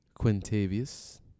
Quintavious